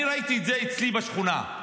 אני ראיתי את זה אצלי בשכונה,